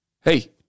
Hey